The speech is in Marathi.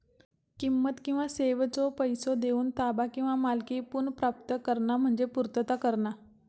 किंमत किंवा सेवेचो पैसो देऊन ताबा किंवा मालकी पुनर्प्राप्त करणा म्हणजे पूर्तता करणा